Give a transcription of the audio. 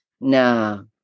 no